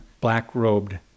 black-robed